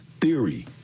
theory